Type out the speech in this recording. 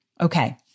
Okay